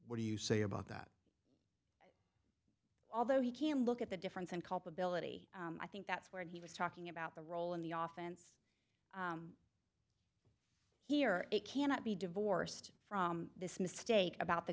what do you say about that although he can look at the difference and culpability i think that's where he was talking about the role in the often here it cannot be divorced from this mistake about the